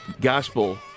gospel